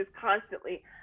constantly